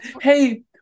hey